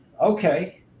okay